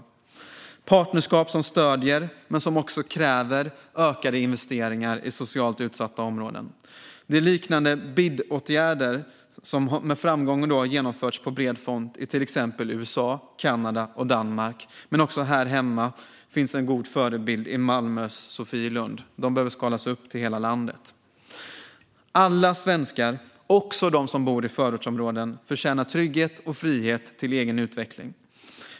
Det ska finnas partnerskap som stöder, men som också kräver, ökade investeringar i socialt utsatta områden. De kan likna de BID-åtgärder som med framgång har genomförts på bred front i till exempel USA, Kanada och Danmark. Också här hemma finns en god förebild i Malmös Sofielund. Detta behöver skalas upp till hela landet. Alla svenskar - också de som bor i förortsområden - förtjänar trygghet och frihet till egen utveckling.